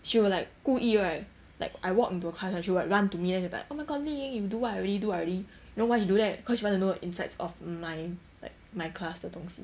she will like 故意 right like I walk into the class right she'll like run to me then she's like oh my god li ying you do what already do what already you know why she do that cause she wants to know the insides of my like my class 的东西